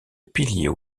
piliers